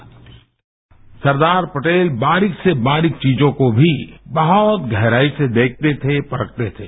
bite Sardar Patel बारिक से बारिक चीजों को भी बहुत गहराई से देखते थे परखते थे